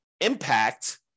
impact